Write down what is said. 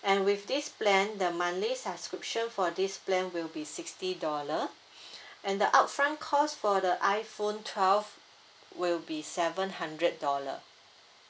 and with this plan the monthly subscription for this plan will be sixty dollar and the upfront cost for the iphone twelve will be seven hundred dollar